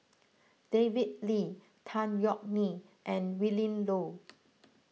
David Lee Tan Yeok Nee and Willin Low